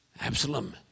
Absalom